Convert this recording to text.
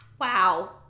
Wow